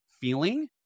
feeling